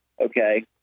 okay